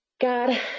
God